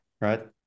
right